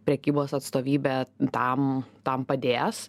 prekybos atstovybė tam tam padės